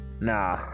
Nah